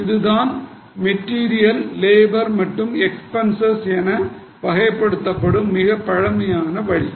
இதுதான் material labour மற்றும் expenses என வகைப்படுத்தப்படும் மிகப்பழமையான வழி